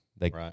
right